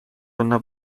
una